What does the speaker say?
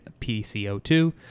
PCO2